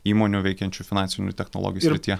įmonių veikiančių finansinių technologijų srityje